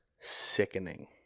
sickening